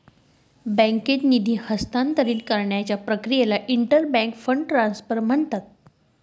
बँकेत निधी हस्तांतरित करण्याच्या प्रक्रियेला इंटर बँक फंड ट्रान्सफर म्हणतात